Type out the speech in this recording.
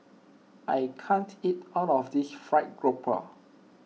I can't eat all of this Fried Garoupa